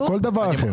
בכל דבר אחר.